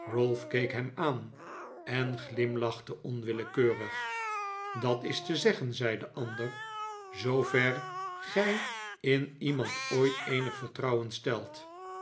keek hem aan en glimlachte onwillekeurig dat is te zeggen zei de ander zoover gij in iemand ooit eenig vertrouwen stelt